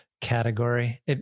category